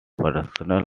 personal